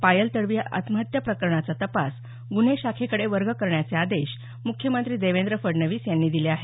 पायल तडवी आत्महत्या प्रकरणाचा तपास गुन्हे शाखेकडे वर्ग करण्याचे आदेश मुख्यमंत्री देवेंद्र फडणवीस यांनी दिले आहेत